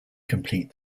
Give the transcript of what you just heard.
complete